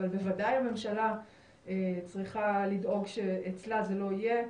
אבל בוודאי הממשלה צריכה לדאוג שאצלה זה לא יהיה.